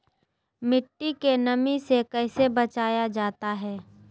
मट्टी के नमी से कैसे बचाया जाता हैं?